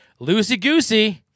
loosey-goosey